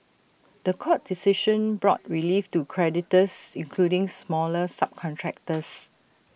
The Court decision brought relief to creditors including smaller subcontractors